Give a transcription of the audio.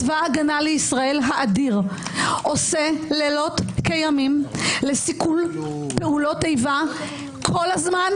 צבא הגנה לישראל האדיר עושה לילות כימים לסיכול פעולות איבה כל הזמן,